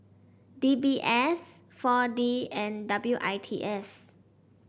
D B S four D and W I T S